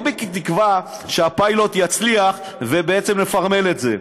לא בתקווה שהפיילוט יצליח ובעצם נפרמל את זה,